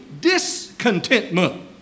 discontentment